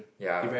ya